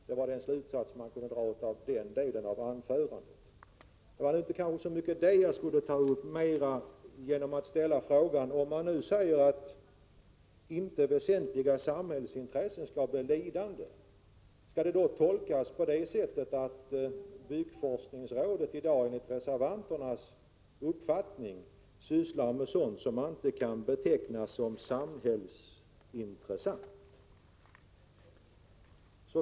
Det var den slutsats man kunde dra av den delen av anförandet. Jag vill ställa en fråga. Om man nu säger att väsentliga samhällsintressen inte skall bli lidande, skall detta då tolkas på det sättet att byggforskningsrådet i dag enligt reservanternas uppfattning sysslar med sådant som man inte betecknar som samhällsintressant?